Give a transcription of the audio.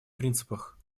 принципах